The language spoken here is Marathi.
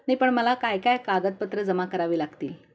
नाही पण मला काय काय कागदपत्रं जमा करावी लागतील